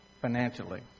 financially